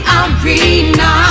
arena